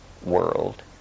World